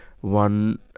one